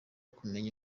kumenya